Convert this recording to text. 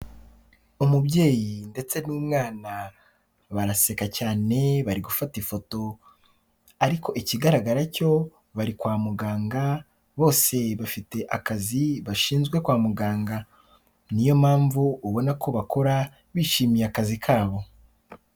Umubyeyi ndetse n'umwana baraseka cyane, bari gufata ifoto ariko ikigaragara cyo bari kwa muganga, bose bafite akazi bashinzwe kwa muganga, ni yo mpamvu ubona ko bakora bishimiye akazi kabo.